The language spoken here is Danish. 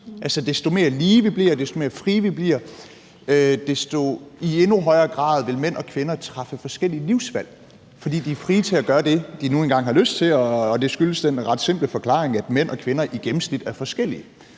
Altså, jo mere lige vi bliver, jo mere frie vi bliver, i desto højere grad vil mænd og kvinder træffe forskellige livsvalg, fordi de er frie til at gøre det, de nu engang har lyst til, og det har den ret simple forklaring, at mænd og kvinder gennemsnitligt set er forskellige.